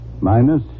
Minus